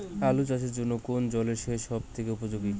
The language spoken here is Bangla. আলু চাষের জন্য কোন জল সেচ সব থেকে উপযোগী?